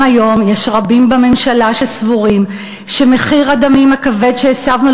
גם היום יש רבים בממשלה שסבורים שמחיר הדמים הכבד שהסבנו